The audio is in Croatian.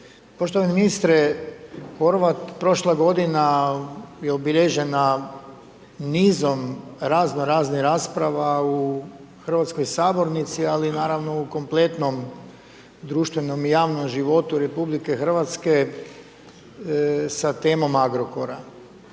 poštovani ministre Horvat prošla godina je obilježena nizom razno raznih rasprava u hrvatskoj sabornici ali naravno u kompletnom društvenom i javnom životu RH sa temom Agrokora.